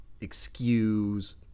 excuse